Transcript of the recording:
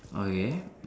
okay